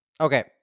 Okay